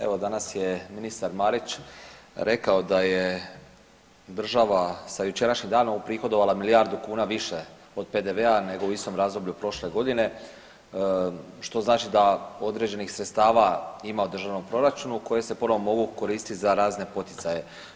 Evo danas je ministar Marić rekao da je država sa jučerašnjim danom uprihodovala milijardu kuna više od PDV-a nego u istom razdoblju prošle godine, što znači da određenih sredstava ima u državnom proračunu koje se ponovno mogu koristiti za razne poticaje.